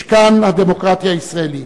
משכן הדמוקרטיה הישראלית.